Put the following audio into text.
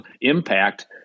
impact